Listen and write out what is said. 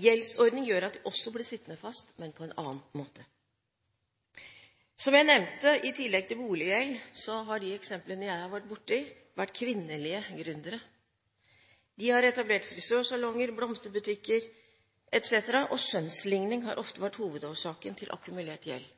Gjeldsordning gjør at de også blir sittende fast, men på en annen måte. I tillegg til boliggjeld, som jeg nevnte, har de eksemplene jeg har vært borti, vært kvinnelige gründere. De har etablert frisørsalonger, blomsterbutikker etc., og skjønnsligning har ofte vært hovedårsaken til akkumulert gjeld.